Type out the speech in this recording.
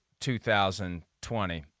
2020